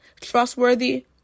Trustworthy